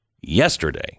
yesterday